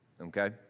okay